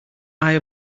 eye